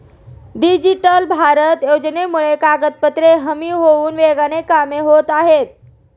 digital Bharat योजनेमुळे कागदपत्रे कमी होऊन वेगाने कामे होत आहेत